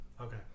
Okay